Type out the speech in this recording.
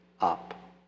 up